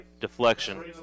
deflection